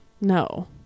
No